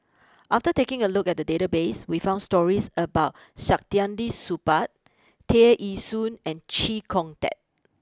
after taking a look at the database we found stories about Saktiandi Supaat Tear Ee Soon and Chee Kong Tet